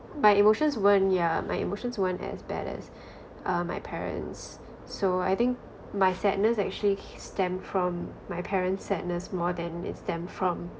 my emotions weren't yeah my emotions weren't as bad as uh my parents so I think my sadness actually stemmed from my parents' sadness more than it stemmed from